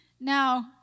Now